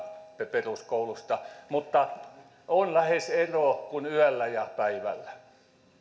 peruskoulusta mutta tässä on lähes ero kuin yöllä ja päivällä